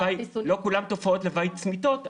כולן תופעות לוואי צמיתות,